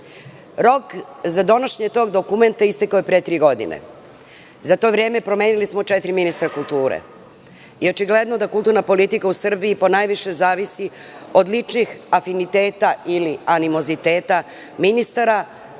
Rok za donošenje tog dokumenta istekao je pre tri godine. Za to vreme promenili smo četiri ministra kulture i očigledno da kulturna politika u Srbiji po najviše zavisi od ličnih afiniteta ili animoziteta ministara,